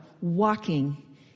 walking